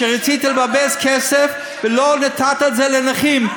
שרצית לבזבז כסף ולא נתת את זה לנכים.